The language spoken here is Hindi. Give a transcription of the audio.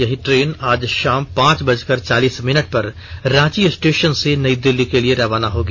यही ट्रेन आज शाम पांच बजकर चालीस मिनट पर रांची स्टेषन से नई दिल्ली के लिए रवाना होगी